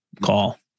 call